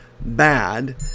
bad